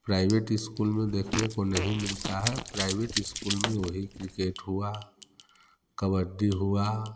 private school में देखने को नहीं मिलता है प्राइवेट इस्कूल में वही क्रिकेट हुआ कबड्डी हुआ